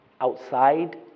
outside